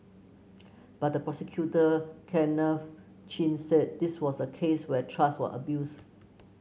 but the prosecutor Kenneth Chin said this was a case where trust were abused